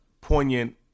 Poignant